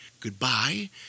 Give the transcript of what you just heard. Goodbye